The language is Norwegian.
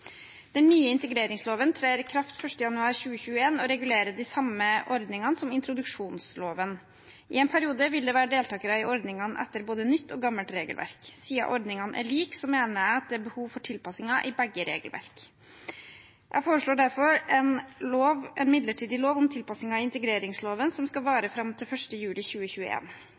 Den nye integreringsloven trer i kraft 1. januar 2021 og regulerer de samme ordningene som introduksjonsloven. I en periode vil det være deltakere i ordningene etter både nytt og gammelt regelverk. Siden ordningene er like, mener jeg at det er behov for tilpasninger i begge regelverk. Jeg foreslår derfor en midlertidig lov om tilpasninger i integreringsloven, som skal vare fram til 1. juli